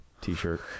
t-shirt